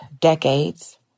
decades